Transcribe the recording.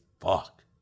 fuck